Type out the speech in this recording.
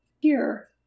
Here